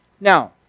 Now